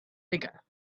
bigger